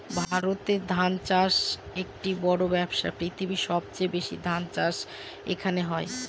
ভারতে ধান চাষ একটি বড়ো ব্যবসা, পৃথিবীর সবচেয়ে বেশি ধান চাষ এখানে হয়